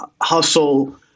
hustle